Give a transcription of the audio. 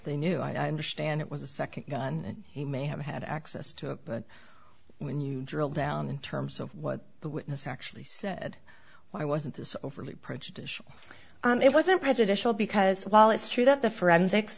they knew i understand it was a second gun he may have had access to it but when you drill down in terms of what the witness actually said why wasn't this overly prejudicial it wasn't by judicial because while it's true that the forensics